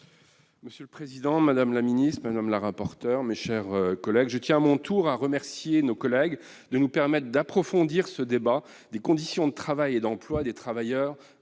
Monsieur le président, madame la ministre, mes chers collègues, je tiens à mon tour à remercier mes collègues de nous permettre d'approfondir ce débat sur les conditions de travail et d'emploi des travailleurs